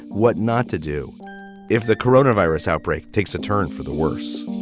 what not to do if the corona virus outbreak takes a turn for the worse